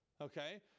Okay